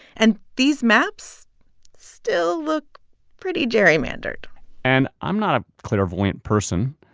and these maps still look pretty gerrymandered and i'm not a clairvoyant person.